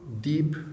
deep